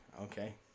Okay